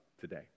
today